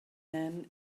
men